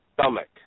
stomach